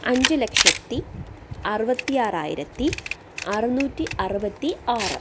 അഞ്ചു ലക്ഷത്തി അറുപത്തി ആറായിരത്തി അറുന്നൂറ്റി അറുപത്തി ആറ്